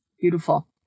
Beautiful